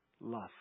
love